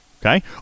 okay